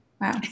Wow